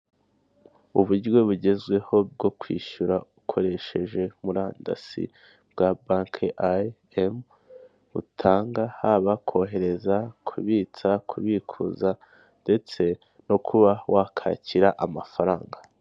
Uburyo bugezweho bwo kwishyura ukoresheje murandasi bwa banki ayi emu butanga haba kohereza kubitsa kubikuza ndetse no kuba wakakira amafaranga.